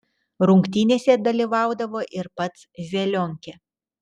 rungtynėse dalyvaudavo ir pats zelionkė